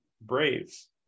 Braves